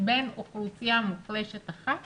בין אוכלוסייה מוחלשת אחת